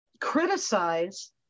criticize